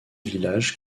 village